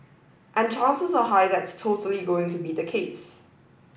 and chances are high that's totally going to be the case